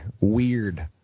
weird